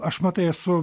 aš matai esu